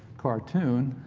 cartoon